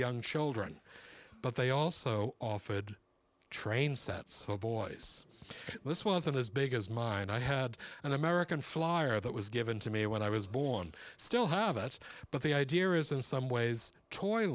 young children but they also offered train sets of boys this wasn't as big as mine i had an american flyer that was given to me when i was born and still have it but the idea is in some ways